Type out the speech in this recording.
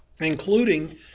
including